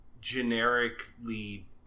generically